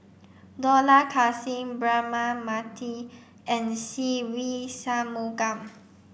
Dollah Kassim Braema Mathi and Se Ve Shanmugam